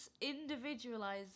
individualize